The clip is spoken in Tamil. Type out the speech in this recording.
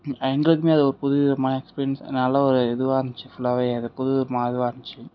எங்களுக்குமே அது ஒரு புது விதமான எக்ஸ்பிரியன்ஸ் நல்ல ஒரு இதுவாயிருந்துச்சி ஃபுல்லாவே அது ஒரு புது விதமான இதுவாயிருந்துச்சி